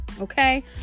okay